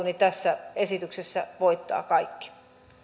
niin tässä esityksessä voittavat kaikki